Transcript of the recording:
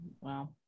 Wow